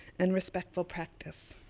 and respectful practice.